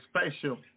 special